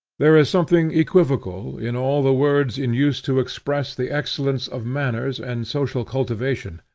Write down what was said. there is something equivocal in all the words in use to express the excellence of manners and social cultivation,